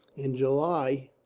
in july,